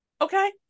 Okay